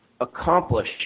accomplish